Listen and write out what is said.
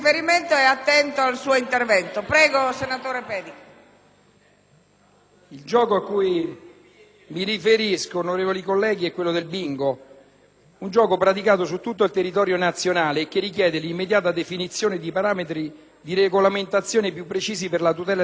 Il gioco a cui mi riferisco, onorevoli colleghi, è quello del bingo: un gioco praticato su tutto il territorio nazionale e che richiede l'immediata definizione di parametri di regolamentazione più precisi per la tutela del cittadino, soprattutto in un momento storico in cui la crisi economica